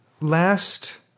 last